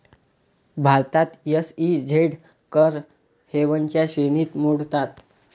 भारतात एस.ई.झेड कर हेवनच्या श्रेणीत मोडतात